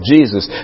Jesus